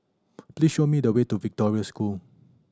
please show me the way to Victoria School